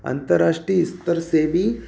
अंतर्राष्ट्रीय स्तर से भी